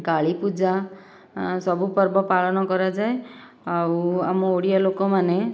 କାଳୀ ପୂଜା ସବୁ ପର୍ବ ପାଳନ କରାଯାଏ ଆଉ ଆମ ଓଡ଼ିଆ ଲୋକମାନେ